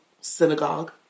synagogue